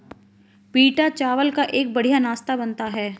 पीटा चावल का एक बढ़िया नाश्ता बनता है